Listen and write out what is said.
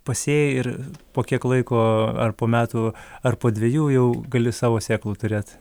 pasėjai ir po kiek laiko ar po metų ar po dvejų jau gali savo sėklų turėt